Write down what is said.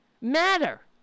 matter